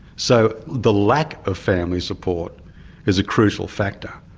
so the lack of family support is a crucial factor,